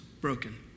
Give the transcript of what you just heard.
broken